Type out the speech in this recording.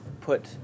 put